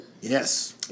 Yes